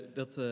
dat